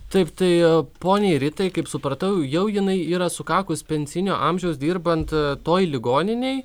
taip tai poniai ritai kaip supratau jau jinai yra sukakus pensinio amžiaus dirbant toj ligoninėj